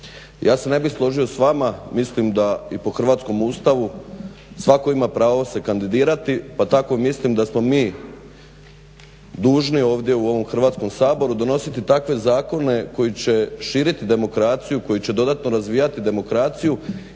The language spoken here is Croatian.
Ja se ne bih složio s vama, mislim da i po hrvatskom ustavu svatko ima pravo se kandidirati pa tako mislim da smo mi dužni ovdje u ovom Hrvatskom saboru donositi takve zakone koji će širiti demokraciju, koji će dodatno razvijati demokraciju